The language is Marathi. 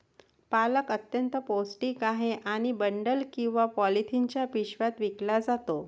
पालक अत्यंत पौष्टिक आहे आणि बंडल किंवा पॉलिथिनच्या पिशव्यात विकला जातो